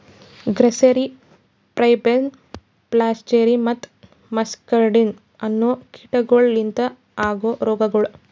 grasserie, pebrine, flacherie ಮತ್ತ muscardine ಅನೋ ಕೀಟಗೊಳ್ ಲಿಂತ ಆಗೋ ರೋಗಗೊಳ್